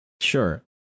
Sure